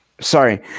Sorry